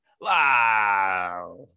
Wow